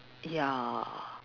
ya